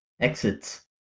exits